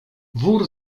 wór